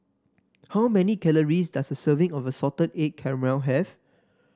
how many calories does a serving of Salted Egg Calamari have